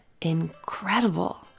incredible